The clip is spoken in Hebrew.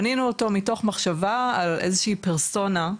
בנינו אותו מתוך מחשבה על איזושהי פרסונה,